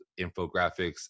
infographics